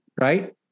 right